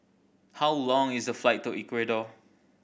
how long is the flight to Ecuador